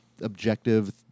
objective